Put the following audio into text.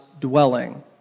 dwelling